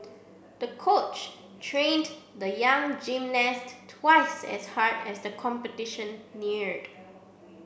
the coach trained the young gymnast twice as hard as the competition neared